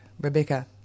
Rebecca